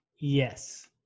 Yes